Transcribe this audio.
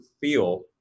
feel